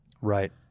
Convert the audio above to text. Right